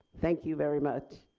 thank you very much.